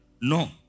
no